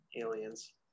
aliens